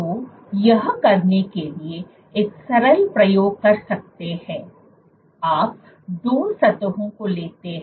तो यह करने के लिए एक सरल प्रयोग कर सकते हैं आप 2 सतहों को लेते हैं